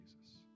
Jesus